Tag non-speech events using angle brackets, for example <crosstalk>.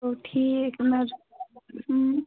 گوٚو ٹھیٖک <unintelligible>